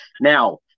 Now